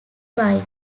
bike